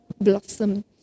blossom